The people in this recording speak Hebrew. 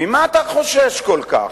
ממה אתה חושש כל כך?